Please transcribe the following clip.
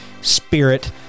spirit